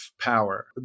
power